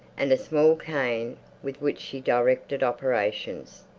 and a small cane with which she directed operations.